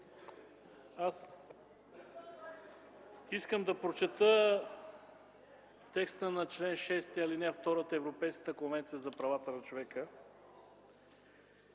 Аз искам да прочета текста на чл. 6, ал. 2 от Европейската конвенция за правата на човека: